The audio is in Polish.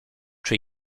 czy